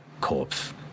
corpse